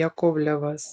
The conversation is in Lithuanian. jakovlevas